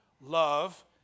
love